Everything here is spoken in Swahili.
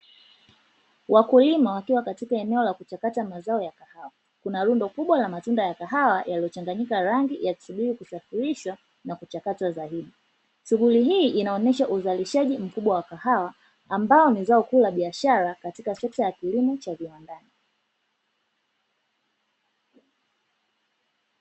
Wakulima wakiwa katika eneo la kuchakata mazao ya kahawa, kuna rundo kubwa la matunda ya kahawa yaliochanganyika rangi yakisubiri kusafirishwa na kuchakatwa zaidi, shughuli hii inaonyesha uzalishaji mkubwa wa kahawa ambao ni zao kuu la biashara katika sekta ya kilimo cha viwandani.